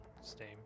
Steam